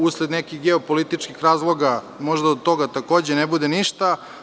Usled nekih geopolitičkih razloga, možda od toga takođe ne bude ništa.